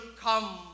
come